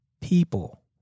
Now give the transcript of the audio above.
people